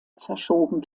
verschoben